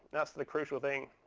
that's the crucial thing,